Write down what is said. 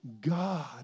God